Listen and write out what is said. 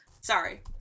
sorry